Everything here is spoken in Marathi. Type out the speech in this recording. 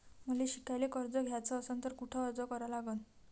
मले शिकायले कर्ज घ्याच असन तर कुठ अर्ज करा लागन?